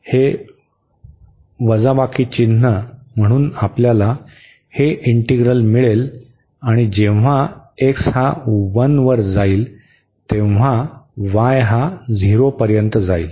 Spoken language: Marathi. हे वजाबाकी चिन्ह म्हणून आपल्याला हे इंटीग्रल मिळेल आणि जेव्हा x हा 1 वर जाईल तेव्हा y हा 0 पर्यंत जाईल